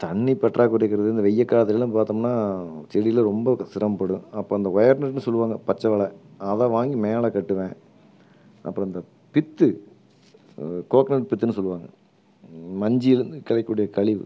தண்ணி பற்றாக்குறைக்கிறது இந்த வெய்ய காலத்துலலாம் பார்த்தோம்னா செடிலாம் ரொம்ப சிரம்படும் அப்போஅந்த ஒயர்டர்ன்னு சொல்லுவாங்க பச்சை வலை அதை வாங்கி மேலே கட்டுவேன் அப்புறம் இந்த பித்து கோக்கனட் பித்துன்னு சொல்லுவாங்க மஞ்சியிலிருந்து கிடைக்கூடிய கழிவு